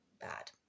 bad